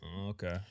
Okay